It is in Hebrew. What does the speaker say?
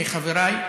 מחבריי,